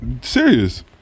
Serious